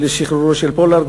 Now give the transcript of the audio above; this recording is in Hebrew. למען שחרורו של פולארד,